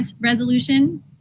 resolution